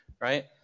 right